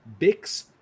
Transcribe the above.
Bix